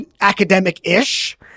academic-ish